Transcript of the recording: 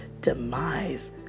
demise